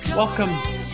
Welcome